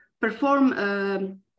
perform